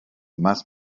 más